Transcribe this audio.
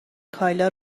کایلا